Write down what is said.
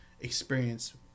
experience